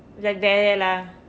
like வேலை:veelai lah